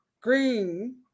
Green